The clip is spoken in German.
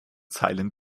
zeilen